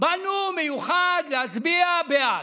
באנו במיוחד להצביע בעד,